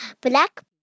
Black